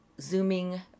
zooming